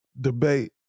Debate